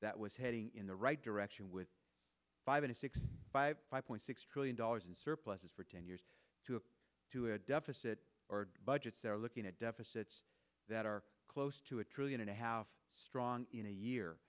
that was heading in the right direction with five and six by five point six trillion dollars and surpluses for ten years to do a deficit or budgets are looking at deficits that are close to a trillion and a half strong in a year